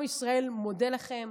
עם ישראל מודה לכן,